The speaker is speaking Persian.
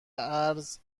اِرز